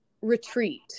retreat